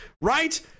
Right